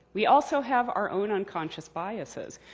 we also have our own unconscious biases.